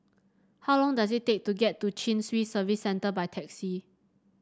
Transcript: how long does it take to get to Chin Swee Service Centre by taxi